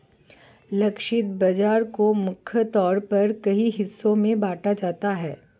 लक्षित बाजार को मुख्य तौर पर कई हिस्सों में बांटा जाता है